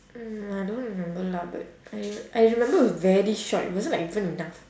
mm I don't remember lah but I I remember it was very short it wasn't like even enough